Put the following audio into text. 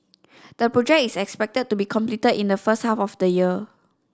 the project is expected to be completed in the first half of the year